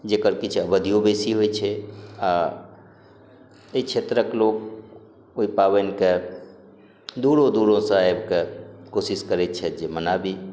जेकर किछु अबधियो बेसी होइ छै आ एहि क्षेत्रक लोक ओहि पावनिके दूरो दूरोसँ आबि कऽ कोशिश करै छैशथि जे मनाबी